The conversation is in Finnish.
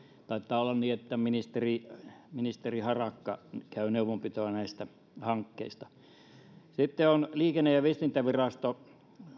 taitaa olla niin että ministeri ministeri harakka käy neuvonpitoa näistä hankkeista sitten liikenne ja ja viestintävirasto